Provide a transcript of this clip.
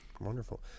Wonderful